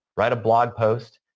write a blog post,